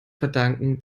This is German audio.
verdanken